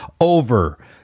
over